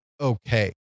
okay